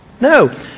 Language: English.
No